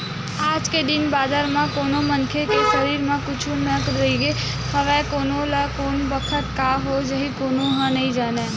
आज के दिन बादर म कोनो मनखे के सरीर म कुछु नइ रहिगे हवय कोन ल कोन बखत काय हो जाही कोनो ह नइ जानय